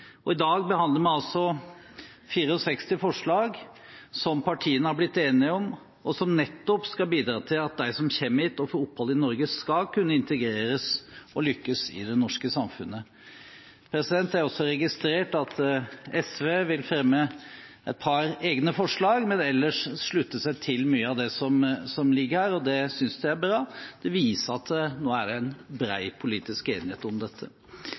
I dag behandler vi altså 64 forslag som partiene har blitt enige om, og som nettopp skal bidra til at de som kommer hit og får opphold i Norge, skal kunne integreres og lykkes i det norske samfunnet. Jeg har også registrert at SV vil fremme et par egne forslag, men ellers slutte seg til mye av det som ligger her, og det synes jeg er bra. Det viser at det nå er en bred politisk enighet om dette.